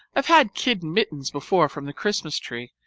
i've had kid mittens before from the christmas tree,